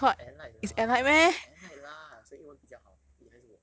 allied lah allied lah 谁英文比较好你还是我